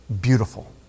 beautiful